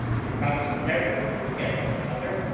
they promised never to forget each other,